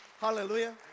Hallelujah